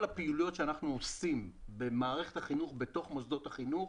כל הפעילויות שאנחנו עושים במערכת החינוך בתוך מוסדות החינוך,